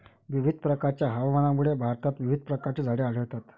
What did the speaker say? विविध प्रकारच्या हवामानामुळे भारतात विविध प्रकारची झाडे आढळतात